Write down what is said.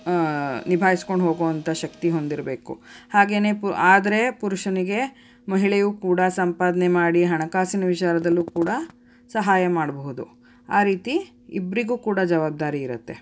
ನಿಭಾಯಿಸ್ಕೊಂಡು ಹೋಗೋವಂಥ ಶಕ್ತಿ ಹೊಂದಿರಬೇಕು ಹಾಗೆಯೇ ಪು ಆದರೆ ಪುರುಷನಿಗೆ ಮಹಿಳೆಯೂ ಕೂಡ ಸಂಪಾದನೆ ಮಾಡಿ ಹಣಕಾಸಿನ ವಿಚಾರದಲ್ಲೂ ಕೂಡ ಸಹಾಯ ಮಾಡಬಹುದು ಆ ರೀತಿ ಇಬ್ಬರಿಗೂ ಕೂಡ ಜವಾಬ್ದಾರಿ ಇರುತ್ತೆ